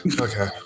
Okay